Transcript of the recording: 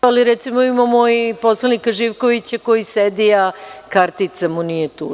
Imamo, recimo, i poslanika Živkovića koji sedi, a kartica mu nije tu.